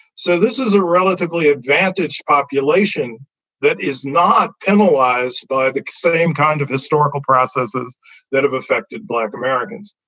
so this is a relatively advantaged population that is not analyzed by the same kind of historical processes that have affected black americans.